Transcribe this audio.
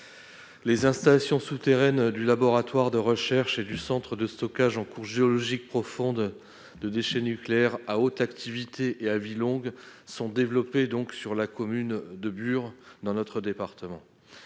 Les installations souterraines du laboratoire de recherche et du centre de stockage en couche géologique profonde de déchets nucléaires à haute activité et à vie longue sont développées dans la commune de Bure, située dans notre département.